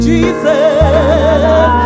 Jesus